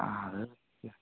ആ അത്